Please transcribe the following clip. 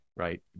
Right